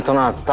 not